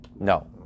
No